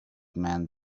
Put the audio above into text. man